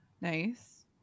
Nice